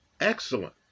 excellent